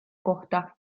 kohta